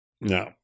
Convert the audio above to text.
No